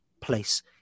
place